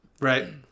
right